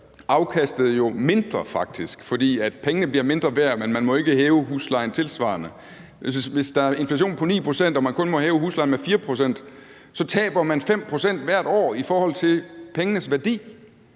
afkastet jo faktisk mindre, fordi pengene bliver mindre værd. Men man må ikke hæve huslejen tilsvarende. Hvis der er inflation på 9 pct. og man kun må hæve huslejen med 4 pct., taber man 5 pct. hvert år i forhold til pengenes værdi.